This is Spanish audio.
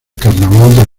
carnaval